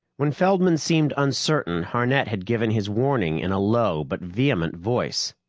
when feldman seemed uncertain, harnett had given his warning in a low but vehement voice.